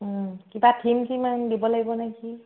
কিবা থিম কিমান দিব লাগিব নেকি